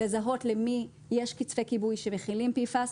לזהות למי יש קצפי כיבוי שמכילים PFAS,